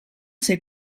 ser